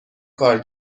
کار